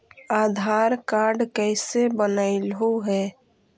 आधार card कईसे बनैलहु हे?